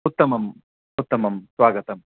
उत्तमम् उत्तमं स्वागतम्